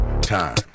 time